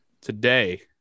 today